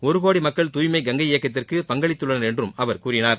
ஒருகோடி மக்கள் தூய்மை கங்கை இயக்கத்திற்கு பங்களித்துள்ளனர் என்றும் அவர் கூறினார்